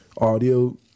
audio